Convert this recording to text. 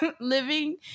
living